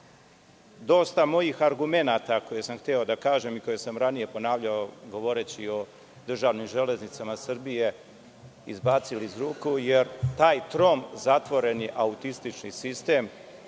dosta mojih argumenata koje sam hteo da kažem i koje sam ranije ponavljao govoreći o državnim Železnicama Srbije, izbacili iz ruku, jer taj trom zatvoren je autistični sistem